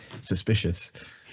suspicious